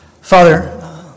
Father